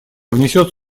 внесет